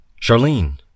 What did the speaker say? Charlene